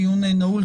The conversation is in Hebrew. הדיון נעול.